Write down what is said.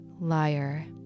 liar